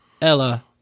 Ella